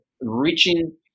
reaching